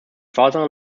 father